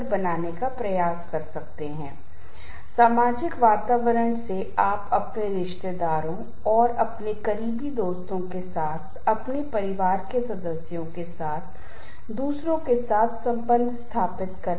तनाव के शारीरिक मार्कर चिंता अवसाद नकारात्मक प्रभाव और भावनाओं के होंगे व्यवहार मार्कर पीने धूम्रपान शराब की खपत में वृद्धि होगी संबंधपरक परिणाम के कारण संबंधपरक संघर्ष दूसरों से बचने और इत्यादी होंगे